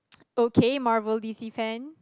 okay Marvel D_C fan